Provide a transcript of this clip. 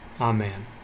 Amen